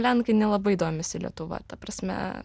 lenkai nelabai domisi lietuva ta prasme